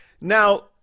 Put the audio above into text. now